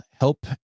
help